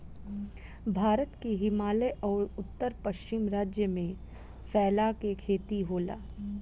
भारत के हिमालय अउर उत्तर पश्चिम राज्य में फैला के खेती होला